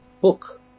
book